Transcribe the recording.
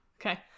okay